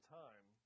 time